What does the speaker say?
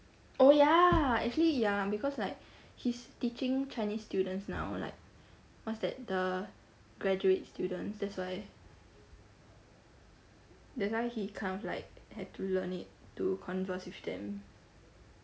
oh ya actually ya because like he's teaching chinese students now like what's that the graduate students that's why that's why he kind of like had to learn it to converse with them